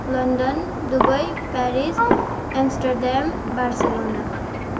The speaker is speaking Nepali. London Dubai Paris Amsterdam Barcelona